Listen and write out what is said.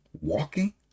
walking